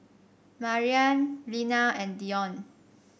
Mariann Linna and Dion